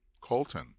Colton